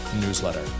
newsletter